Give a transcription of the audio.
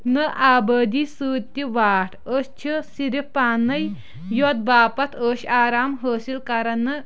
نہٕ آبٲدی سۭتۍ تہِ واٹھ أسۍ چھ صِرف پانٕے یوٚتھ باپتھ عٲش آرام حأصِل کَرنہٕ